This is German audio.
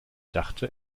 dachte